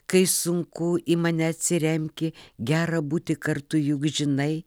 kai sunku į mane atsiremki gera būti kartu juk žinai